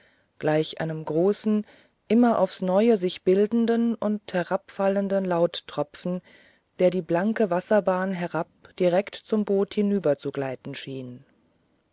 gleich einem großen immer aufs neue sich bildenden und herabfallenden lauttropfen der die blanke wasserbahn herab direkt zum boot hinüberzugleiten schien